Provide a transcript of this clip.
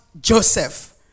joseph